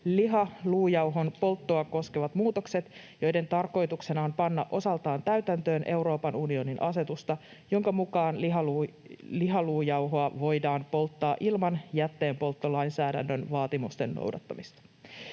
liha-luujauhon polttoa koskevat muutokset, joiden tarkoituksena on panna osaltaan täytäntöön Euroopan unionin asetusta, jonka mukaan liha-luujauhoa voidaan polttaa ilman jätteenpolttolainsäädännön vaatimusten noudattamista.